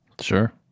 Sure